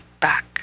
back